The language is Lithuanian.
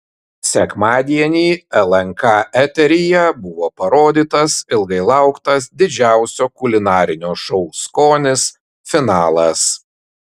sekmadienį lnk eteryje buvo parodytas ilgai lauktas didžiausio kulinarinio šou skonis finalas